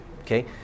Okay